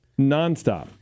nonstop